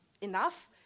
enough